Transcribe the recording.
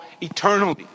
eternally